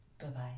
Bye-bye